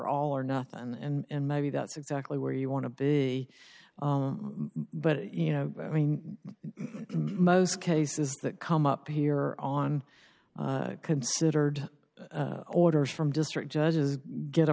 all or nothing and maybe that's exactly where you want to be but you know i mean most cases that come up here on considered orders from district judges get